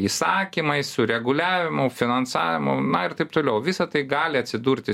įsakymai sureguliavimu finansavimu na ir taip toliau visa tai gali atsidurti